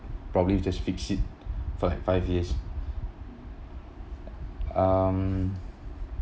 probably just fixed it for like five years um